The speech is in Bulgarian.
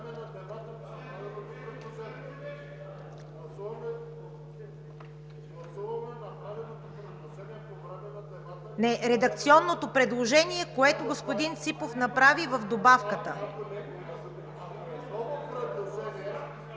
Не, редакционното предложение, което господин Ципов направи в добавката.